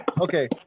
Okay